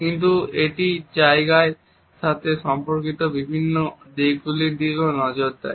কিন্তু এটি জায়গার সাথে সম্পর্কিত বিভিন্ন দিকগুলির দিকেও নজর দেয়